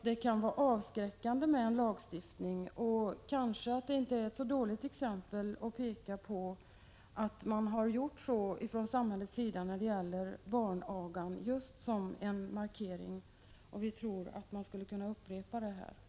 Det kanske inte är ett så dåligt exempel att samhället har gjort så när det gäller barnagan — just som en markering. Vi tror att man skulle kunna upprepa det på detta område.